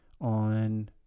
on